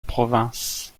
province